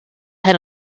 head